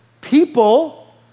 people